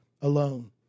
alone